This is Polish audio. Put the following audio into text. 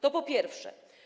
To po pierwsze.